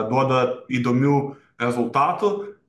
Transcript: duoda įdomių rezultatų